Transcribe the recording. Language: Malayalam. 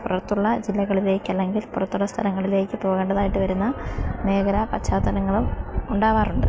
പുറത്തുള്ള ജില്ലകളിലേക്ക് അല്ലെങ്കിൽ പുറത്തുള്ള സ്ഥലങ്ങളിലേക്ക് പോകേണ്ടതായിട്ട് വരുന്ന മേഖല പശ്ചാത്തലങ്ങളും ഉണ്ടാകാറുണ്ട്